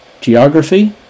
geography